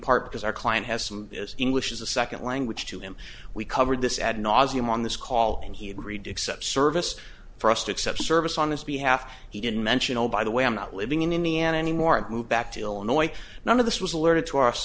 part because our client has some english as a second language to him we covered this ad nauseum on this call and he agreed to accept service for us to accept service on his behalf he didn't mention oh by the way i'm not living in indiana anymore and move back to illinois none of this was alerted to us